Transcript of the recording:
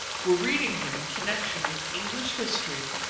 we're reading him in connection with english history,